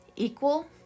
equal